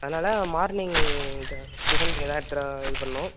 அதனால் morning tiffin எல்லாருக்கும் இது பண்ணனும்